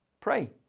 Pray